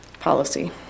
policy